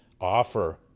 offer